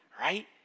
Right